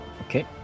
Okay